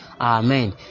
amen